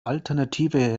alternative